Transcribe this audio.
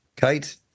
Kate